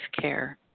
Care